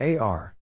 AR